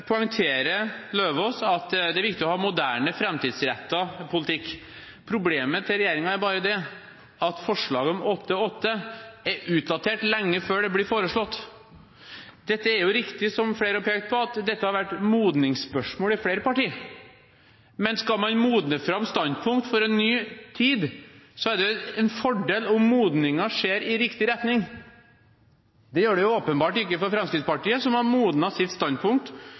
at det er viktig å ha moderne, framtidsrettet politikk. Problemet til regjeringen er bare det at forslaget om 8–8 er utdatert lenge før det blir foreslått. Det er riktig, som flere har pekt på, at dette har vært modningsspørsmål i flere partier, men skal man modne fram standpunkt for en ny tid, er det en fordel om modningen skjer i riktig retning. Det gjør det åpenbart ikke for Fremskrittspartiet, som har modnet sitt standpunkt